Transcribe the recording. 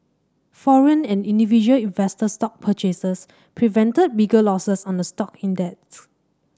foreign and individual investor stock purchases prevented bigger losses on the stock index